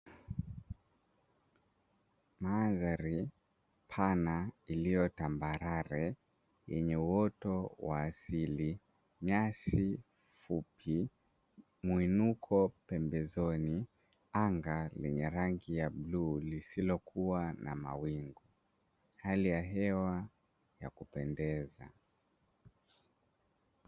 Mandhari pana iliyo tambarare, yenye uoto wa asili nyasi fupi, muinuko, anga lenye rangi ya bluu lisilouwa na mawingu, hali ya hewa yakupendeza.